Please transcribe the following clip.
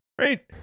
Right